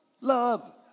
Love